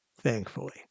thankfully